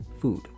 food